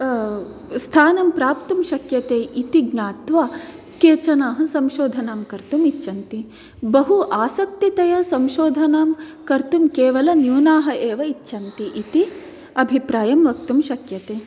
स्थानं प्राप्तुं शक्यते इति ज्ञात्वा केचनः संशोधनं कर्तुं इच्छन्ति बहु आसक्तितया संशोधनं कर्तुं केवलं न्यूनाः एव इच्छन्ति इति अभिप्रायम् वक्तुं शक्यते